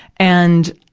and,